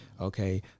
okay